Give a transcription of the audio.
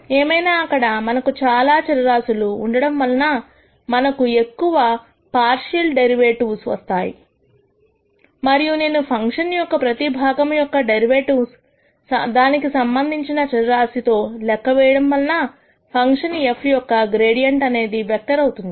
ఏమైనా అక్కడ మనకు చాలా చరరాశులు ఉండడం వలన మనకు ఎక్కువ పార్షియల్ డెరివేటివ్స్ వస్తాయి మరియు నేను ఫంక్షన్ యొక్క ప్రతి భాగము యొక్క డెరివేటివ్ ను దానికి సంబంధించిన చర రాశి తో లెక్క వేయడం వలన ఫంక్షన్ f యొక్క గ్రేడియంట్ అనేది వెక్టర్ అవుతుంది